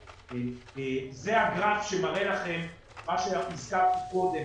זה הגרף שמראה לכם מה שהזכרתי קודם.